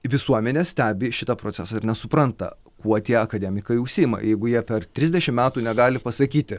visuomenė stebi šitą procesą ir nesupranta kuo tie akademikai užsiima jeigu jie per trisdešim metų negali pasakyti